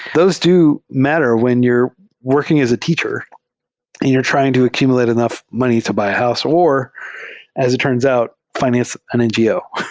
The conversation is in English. those do matter when you're working as a teacher and you're trying to accumulate enough money to buy a house, or as it turns out, finance an ngo.